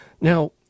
Now